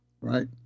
right